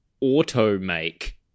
auto-make